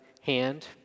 hand